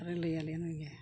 ᱟᱨ ᱞᱟᱹᱭᱟᱞᱮᱭᱟ ᱱᱩᱭᱜᱮ